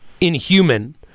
inhuman